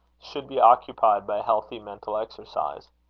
should be occupied by healthy mental exercise.